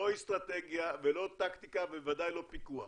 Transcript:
לא אסטרטגיה ולא טקטיקה ובוודאי לא פיקוח.